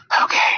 Okay